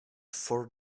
for